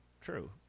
True